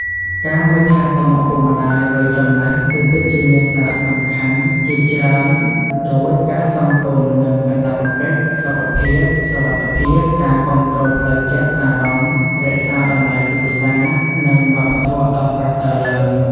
ការមើលថែទាំឪពុកម្ដាយវ័យចំណាស់គឺពិតជាមានសារៈសំខាន់ជាច្រើនដូច ការសងគុណ និងកាតព្វកិច្ច សុខភាព សុវត្ថិភាព ការគាំទ្រផ្លូវចិត្ត អារម្មណ៍ រក្សាតម្លៃគ្រួសារ និងវប្បធម៌ដ៏ប្រសើរឡើង។